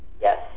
yes